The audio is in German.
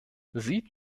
sieht